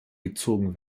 gezogen